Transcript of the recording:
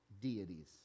deities